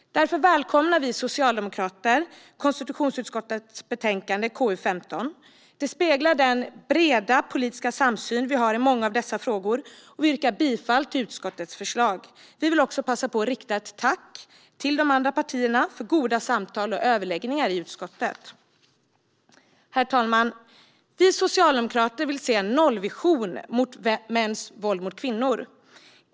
Därför välkomnar vi socialdemokrater konstitutionsutskottets betänkande KU15. Det speglar den breda politiska samsyn vi har i många av dessa frågor, och jag yrkar bifall till utskottets förslag. Jag vill också passa på att rikta ett tack till de andra partierna för goda samtal och överläggningar i utskottet. Herr talman! Vi socialdemokrater vill se en nollvision mot mäns våld mot kvinnor.